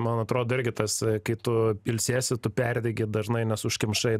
man atrodo irgi tas kai tu ilsėsiesi tu perdegi dažnai nes užkimšai